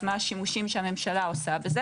אז מה השימושים שהממשלה עושה בזה?